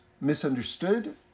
misunderstood